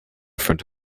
front